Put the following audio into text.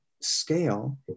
scale